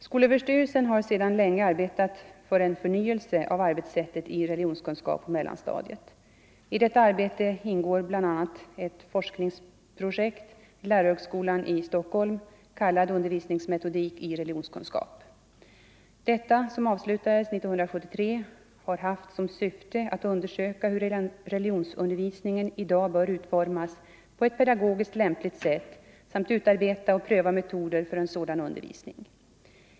Skolöverstyrelsen har sedan länge arbetat för en förnyelse av arbetssättet i religionskunskap på mellanstadiet. I detta arbete ingår bl.a. ett forskningsprojekt vid lärarhögskolan i Stockholm, kallat Undervisningsmetodik i religionskunskap. Detta, som avslutades 1973, har haft som syfte att undersöka hur religionsundervisningen i dag bör utformas på ett pedagogiskt lämpligt sätt samt att utarbeta och pröva metoder för en sådan undervisning.